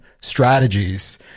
strategies